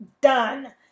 Done